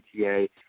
PTA